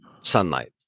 sunlight